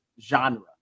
genre